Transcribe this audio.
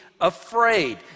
afraid